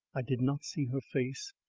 i did not see her face,